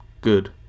Good